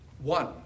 one